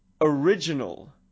original